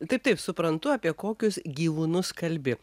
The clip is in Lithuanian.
taip taip suprantu apie kokius gyvūnus kalbi